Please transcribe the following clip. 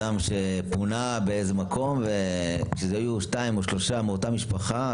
כשאדם פונה לאיזשהו מקום וכשהיו שתיים או שלושה מאותה משפחה,